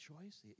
choice